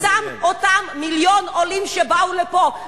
מטעם אותם מיליון עולים שבאו לפה,